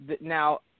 Now